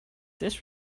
this